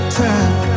time